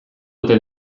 ote